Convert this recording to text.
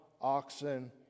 oxen